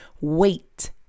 wait